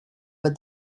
but